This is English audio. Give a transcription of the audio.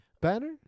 Banner